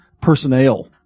personnel